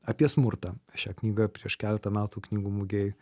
apie smurtą šią knygą prieš keletą metų knygų mugėj